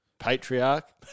Patriarch